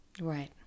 Right